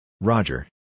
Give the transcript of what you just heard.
Roger